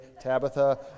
Tabitha